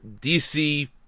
DC